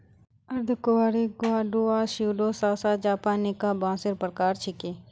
अर्धकुंवारी ग्वाडुआ स्यूडोसासा जापानिका बांसेर प्रकार छिके